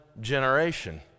generation